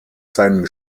seinem